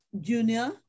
Junior